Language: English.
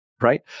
Right